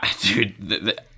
Dude